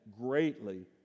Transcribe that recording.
greatly